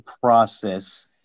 process